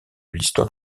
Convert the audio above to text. l’histoire